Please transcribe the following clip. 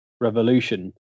revolution